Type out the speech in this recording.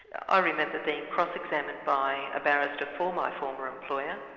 ah remember being cross-examined by a barrister for my former employer.